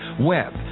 web